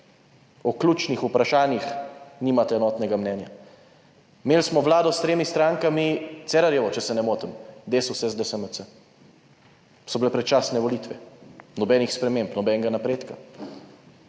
o ključnih vprašanjih nimate enotnega mnenja. Imeli smo vlado s tremi strankami, Cerarjevo, če se ne motim, Desus, SD, SMC - so bile predčasne volitve. Nobenih sprememb, nobenega napredka.